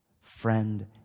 Friend